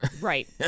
Right